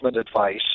advice